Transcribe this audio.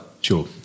Sure